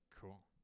Cool